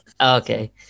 Okay